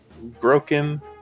broken